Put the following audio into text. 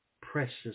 precious